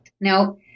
Now